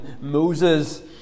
Moses